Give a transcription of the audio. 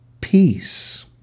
peace